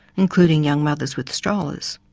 including young mothers with strollers.